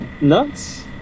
Nuts